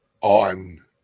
on